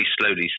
slowly